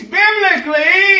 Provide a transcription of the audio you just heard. biblically